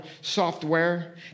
software